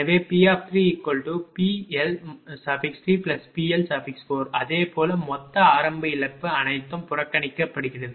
எனவே P3PL3PL4 அதேபோல மொத்த ஆரம்ப இழப்பு அனைத்தும் புறக்கணிக்கப்படுகிறது